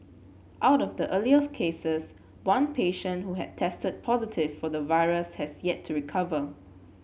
out of the earlier cases one patient who had tested positive for the virus has yet to recover